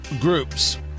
groups